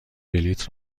بلیط